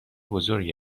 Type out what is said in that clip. بزرگ